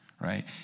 right